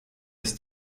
ist